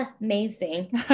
amazing